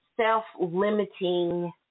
self-limiting